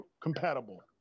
compatible